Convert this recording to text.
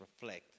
reflect